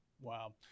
Wow